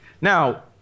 Now